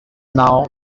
now